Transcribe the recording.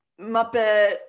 Muppet